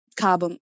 carbon